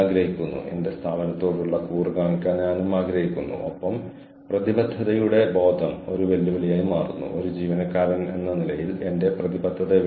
അതുപോലെ നിങ്ങളുടെ സ്വന്തം ജോലികളിൽ നിങ്ങളെ പ്രചോദിപ്പിക്കുന്ന എന്തെങ്കിലും നിങ്ങളുടെ ജോലിയെക്കുറിച്ച് പ്രചോദിപ്പിക്കുന്ന ചിലത് ഉണ്ടാകും